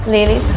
Lily